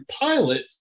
pilot